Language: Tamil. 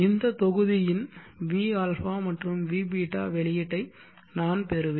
இந்த தொகுதிஇன் vα மற்றும் vß வெளியீட்டை நான் பெறுவேன்